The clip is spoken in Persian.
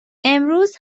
امروز